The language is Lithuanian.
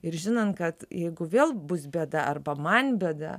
ir žinant kad jeigu vėl bus bėda arba man bėda